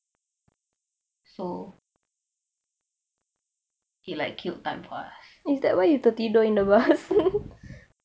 so it like kill time for us